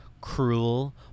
cruel